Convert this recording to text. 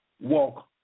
walk